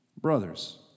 brother's